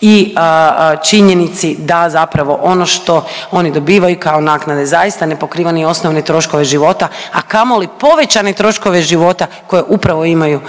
i činjenici da zapravo ono što oni dobivaju kao naknade zaista ne pokriva ni osnovne troškove života, a kamoli povećane troškove života koje upravo imaju